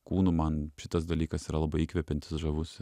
kūnu man šitas dalykas yra labai įkvepiantis žavus